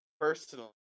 personally